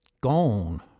Gone